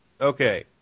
okay